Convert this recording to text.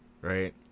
right